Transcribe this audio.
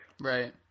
Right